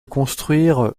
construire